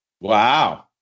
wow